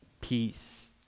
peace